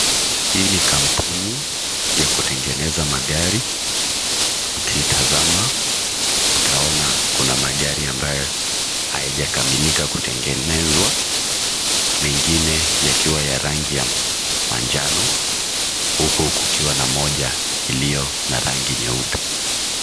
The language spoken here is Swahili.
Hii ni kampuni ya kutengeneza magari. UKiitazama, utaona kuna magari ambayo hayajakamilika kutengenezwa. Mengine yakiwa ya rangi ya manjano huku kukiwa na moja iliyo na rangi nyeupe.